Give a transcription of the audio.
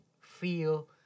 feel